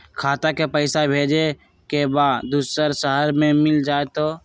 खाता के पईसा भेजेए के बा दुसर शहर में मिल जाए त?